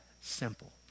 simple